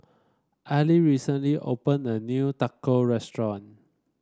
Ally recently opened a new Tacos Restaurant